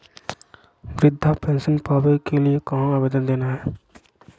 वृद्धा पेंसन पावे के लिए कहा आवेदन देना है?